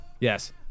Yes